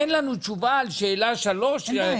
אין לנו תשובה על אחת מהשאלות.